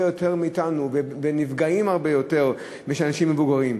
יותר מאתנו ונפגעים הרבה יותר מאשר אנשים מבוגרים.